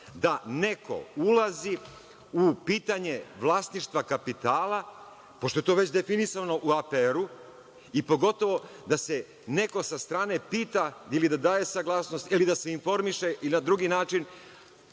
da neko ulazi u pitanje vlasništva kapitala, pošto je to već definisano u APR i pogotovo da se neko sa strane pita ili da daje saglasnost ili da se informiše i na drugi način.